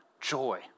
joy